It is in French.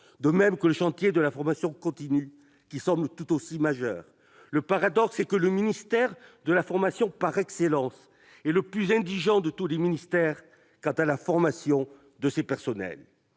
à ouvrir ! Le chantier de la formation continue semble tout aussi majeur. Il est paradoxal que le ministère de la formation par excellence soit le plus indigent de tous les ministères quant à la formation de ses personnels.